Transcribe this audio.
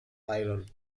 iron